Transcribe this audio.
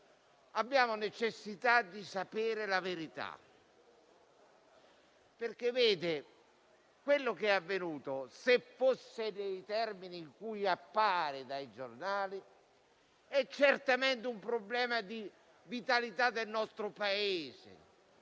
abbiamo necessità di sapere la verità. Quello che è avvenuto, se fosse nei termini in cui appare dai giornali, è certamente un problema di vitalità del nostro Paese